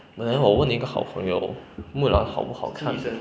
then 我问一个好朋友 mulan 好不好看